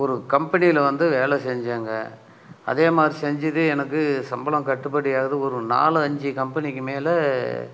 ஒரு கம்பெனியில வந்து வேலை செஞ்சங்க அதே மாதிரி செஞ்சது எனக்கு சம்பளம் கட்டுப்படி ஆகுறதுக்கு ஒரு நாலு அஞ்சு கம்பெனிக்கு மேலே